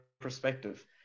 perspective